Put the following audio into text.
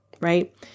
right